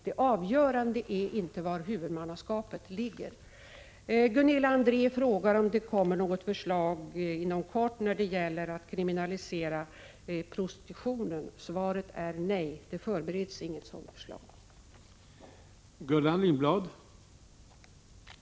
Det avgörande är således inte var huvudmannaskapet Gunilla André frågar om det kommer något förslag inom kort när det gäller att kriminalisera prostitutionen. Svaret är nej. Något sådant förslag förbereds inte.